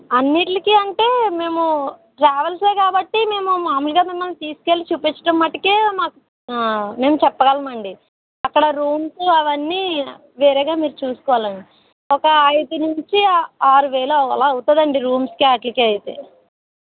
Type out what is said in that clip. అన్నిటికీ అంటే మేము ట్రావెల్స్ ఏ కాబట్టి మేము మామూలుగా మిమ్మల్ని తీసికెళ్ళి చూపించడం మట్టుకే మేము చెప్పగలము అండి అక్కడ రూమ్స్ అవీ అన్నీ వేరేగా మీరు చూసుకోవాలి అండి ఒక ఐదు నుంచి ఆరు వేలు ఆలా అవురుంది అండి రూమ్స్కి వాటికీ అయితే